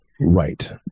right